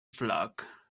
flock